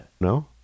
No